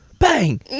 bang